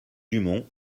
dumont